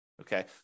Okay